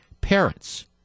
parents